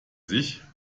sich